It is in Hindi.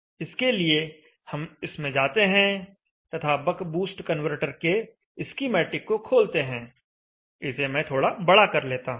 इसके लिए हम इसमें जाते हैं तथा बक बूस्ट कन्वर्टर के स्कीमेटिक को खोलते हैं इसे मैं थोड़ा बड़ा कर लेता हूं